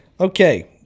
Okay